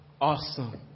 awesome